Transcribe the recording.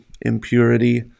impurity